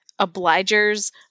obligers